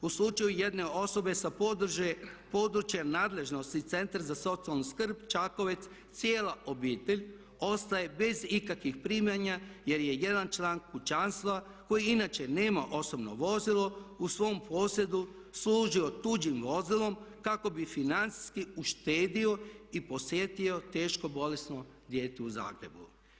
U slučaju jedne osobe sa područja nadležnosti Centra za socijalnu skrb Čakovec cijela obitelj ostaje bez ikakvih primanja jer je jedan član kućanstva koji inače nema osobno vozilo u svom posjedu služio tuđim vozilom kako bi financijski uštedio i posjetio teško bolesno dijete u Zagrebu.